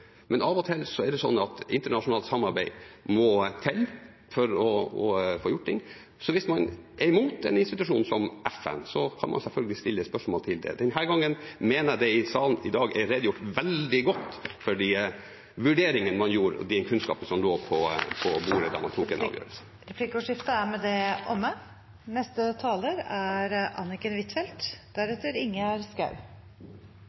men av og til må internasjonalt samarbeid til for å få gjort ting. Så hvis man er imot en institusjon som FN, kan man selvfølgelig stille spørsmål ved det. Denne gangen mener jeg at det i salen i dag er redegjort veldig godt for de vurderingene man gjorde, og den kunnskapen som lå på bordet da man tok en avgjørelse. Replikkordskiftet er omme. Denne debatten i åpent storting er